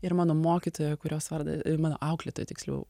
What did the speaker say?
ir mano mokytoja kurios vardą mano auklėtoja tiksliau